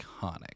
iconic